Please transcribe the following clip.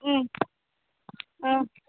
ம் ஆ